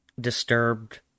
disturbed